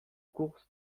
course